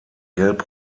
gelb